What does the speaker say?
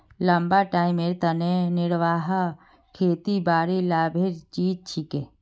लंबा टाइमेर तने निर्वाह खेतीबाड़ी लाभेर चीज छिके